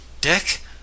dick